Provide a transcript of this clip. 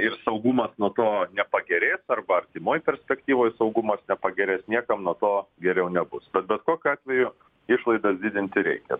ir saugumas nuo to nepagerės arba artimoj perspektyvoje saugumas nepagerės niekam nuo to geriau nebus bet bet kokiu atveju išlaidas didinti reikia